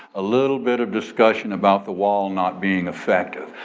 a little bit of discussion about the wall not being effective,